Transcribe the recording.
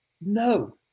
No